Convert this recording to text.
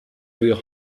will